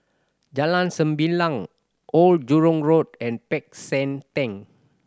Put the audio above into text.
Jalan Sembilang Old Jurong Road and Peck San Theng